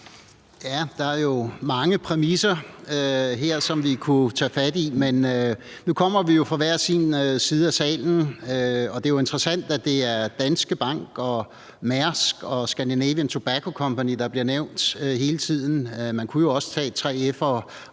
Der er jo mange præmisser her, som vi kunne tage fat i, men nu kommer vi fra hver sin side af salen, og det er jo interessant, at det er Danske Bank og Mærsk og Scandinavian Tobacco Group, der bliver nævnt hele tiden. Man kunne jo også tage 3F